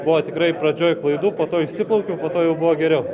buvo tikrai pradžioj klaidų po to išsiplaukiau po to jau geriau